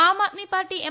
Aam Aadmi party M